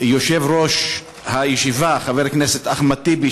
יושב-ראש הישיבה חבר הכנסת אחמד טיבי,